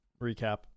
recap